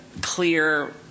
clear